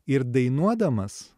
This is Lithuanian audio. ir dainuodamas